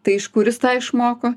tai iš kur jis tai išmoko